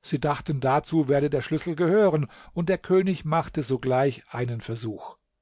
sie dachten dazu werde der schlüssel gehören und der könig machte sogleich einen versuch